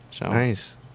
nice